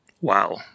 Wow